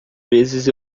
vezes